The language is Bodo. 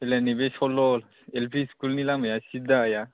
नैलाय नैबे सल्ल' एल पि स्कुल नि लामाया सिदाया